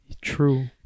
true